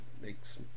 makes